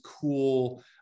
cool